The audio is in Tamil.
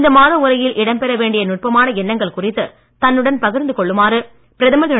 இந்த மாத உரையில் இடம் பெற வேண்டிய நுட்பமான எண்ணங்கள் குறித்து தன்னுடன் பகிர்ந்து கொள்ளுமாறு பிரதமர் திரு